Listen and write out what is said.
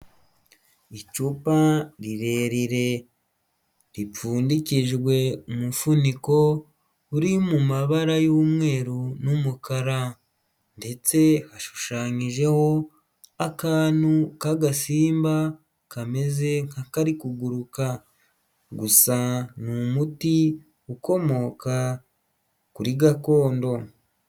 Icupa rirerire ripfundikijwe umufuniko uri mu mabara y'umweru n'umukara ndetse hashushanyijeho akantu k'agasimba kameze nk'akari kuguruka. Gusa ni umuti ukomoka kuri gakondo.